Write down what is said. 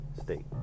state